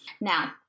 Now